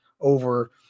over